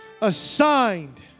assigned